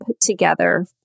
together